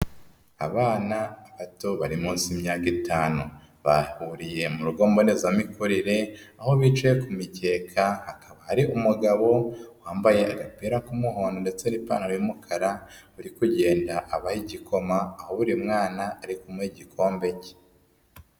Abana bato bari munsi y'imyaka itanu bahuriye mu rugo mbonezamikorere, aho bicaye ku mikeka hakaba hari umugabo wambaye agapera k'umuhondo ndetse n'ipantaro y'umukara, uri kugenda abaha igikoma, aho mwana arikumuha igikombe ke.